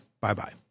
Bye-bye